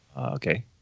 okay